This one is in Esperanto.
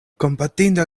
kompatinda